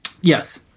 yes